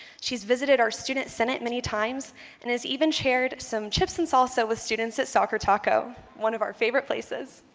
she's visited our student senate many times and has even shared some chips and salsa with students at soccer taco, one of our favorite places.